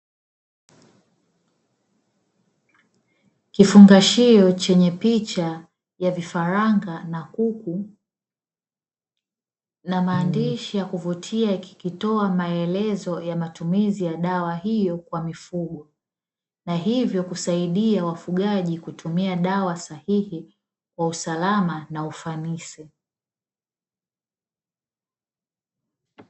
Kifungashio chenye picha ya vifaranga na kuku na maandishi ya kuvutia kikitoa maelezo ya matumizi ya dawa hiyo kwa mifugo. na hivyo kusaidia wafugaji kutumia dawa sahihi kwa usalama na ufanisi.